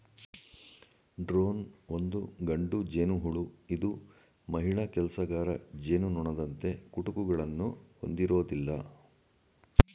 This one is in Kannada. ಡ್ರೋನ್ ಒಂದು ಗಂಡು ಜೇನುಹುಳು ಇದು ಮಹಿಳಾ ಕೆಲಸಗಾರ ಜೇನುನೊಣದಂತೆ ಕುಟುಕುಗಳನ್ನು ಹೊಂದಿರೋದಿಲ್ಲ